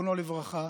זיכרונו לברכה,